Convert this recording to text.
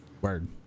Word